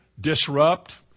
disrupt